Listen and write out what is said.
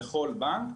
בכול בנק,